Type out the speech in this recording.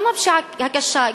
גם הפשיעה הקשה,